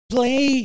Play